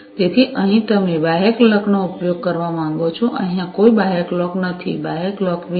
તેથી અહીં તમે બાહ્ય ક્લોકનો ઉપયોગ કરવા માંગો છો અહીં કોઈ બાહ્ય ક્લોક નથી બાહ્ય ક્લોક વિના